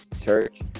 Church